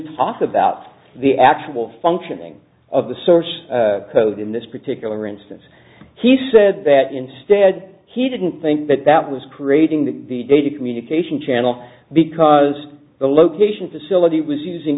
off about the actual functioning of the source code in this particular instance he said that instead he didn't think that that was creating the data communication channel because the location facility was using